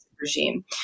regime